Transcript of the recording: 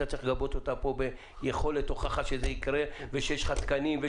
צריך ללוות אותה ביכולת הוכחה שזה יקרה ושיש לך תקנים.